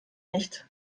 nicht